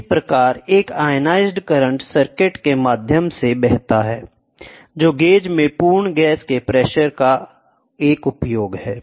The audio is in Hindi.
इस प्रकार एक अनोनीज़ेड करंट सर्किट के माध्यम से बहती है जो गेज में पूर्ण गैस के प्रेशर का एक उपाय है